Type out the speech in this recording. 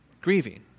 Grieving